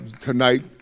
Tonight